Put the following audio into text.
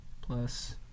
Plus